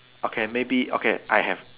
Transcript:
okay maybe okay I have